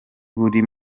buri